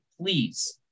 please